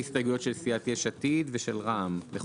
הסתייגויות של סיעת יש עתיד ושל רע"ם.